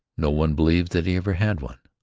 no one believes that he ever had one.